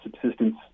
subsistence